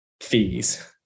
fees